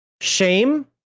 shame